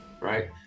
right